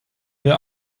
wir